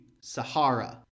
Sahara